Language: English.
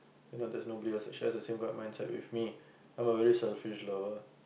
you know there's no beer so she has the same kind of mindset with me I'm already a selfish lover